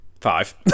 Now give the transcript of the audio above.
five